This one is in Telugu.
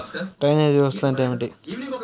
డ్రైనేజ్ వ్యవస్థ అంటే ఏమిటి?